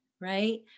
right